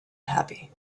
happy